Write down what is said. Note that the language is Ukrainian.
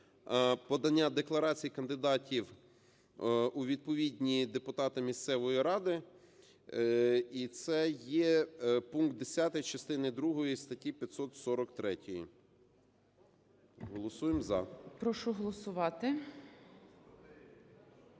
подання декларацій кандидатів у відповідні депутати місцевої ради. І це є пункт 10 частини другої статті 543. Голосуємо "за". ГОЛОВУЮЧИЙ. Прошу голосувати.